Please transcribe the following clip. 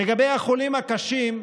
לגבי החולים הקשים,